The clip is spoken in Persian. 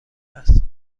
است